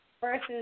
versus